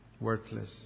Worthless